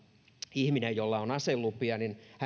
ihminen jolla on aselupia